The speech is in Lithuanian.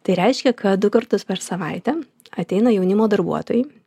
tai reiškia kad du kartus per savaitę ateina jaunimo darbuotojai